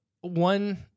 one